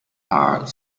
are